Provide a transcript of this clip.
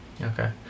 Okay